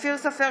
אופיר סופר,